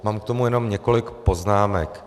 Mám k tomu jenom několik poznámek.